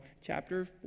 chapter